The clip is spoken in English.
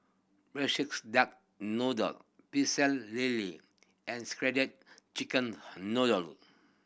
Braised Duck Noodle Pecel Lele and shredded chicken noodle